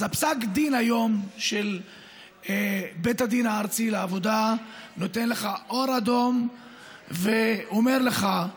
אז פסק הדין של בית הדין לעבודה היום נותן לך אור אדום ואומר לך: